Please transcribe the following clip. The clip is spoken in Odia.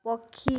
ପକ୍ଷୀ